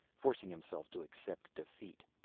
forcing himself to accept defeat.